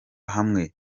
hamwe